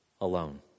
alone